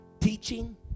Teaching